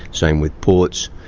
same with ports,